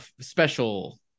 special